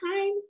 time